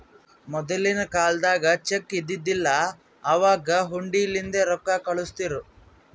ಮೊದಲಿನ ಕಾಲ್ದಾಗ ಚೆಕ್ ಇದ್ದಿದಿಲ್ಲ, ಅವಾಗ್ ಹುಂಡಿಲಿಂದೇ ರೊಕ್ಕಾ ಕಳುಸ್ತಿರು